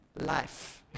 life